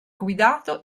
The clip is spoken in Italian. guidato